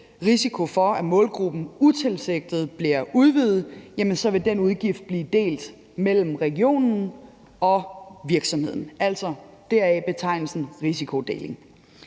risiko, at hvis målgruppen utilsigtet bliver udvidet, vil den udgift blive delt mellem regionen og virksomheden, altså deraf betegnelsen risikodeling.